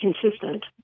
consistent